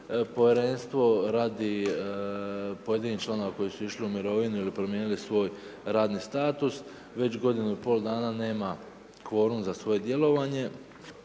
Povjerenstvo radi pojedinih članova koji su išli u mirovini ili promijenili svoj radni status, već godini pol dana nema kvorum za svoje djelovanje,